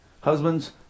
Husbands